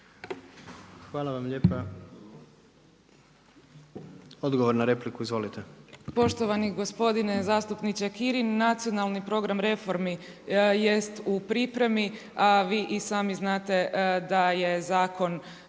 Hvala vam lijepa. Odgovor na repliku. Izvolite. **Burić, Majda (HDZ)** Poštovani gospodine zastupniče Kirin, nacionalni program reformi jest u pripremi, a vi i sami znate da je zakon